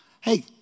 Hey